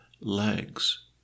legs